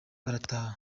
barataha